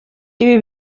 ibi